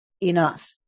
enough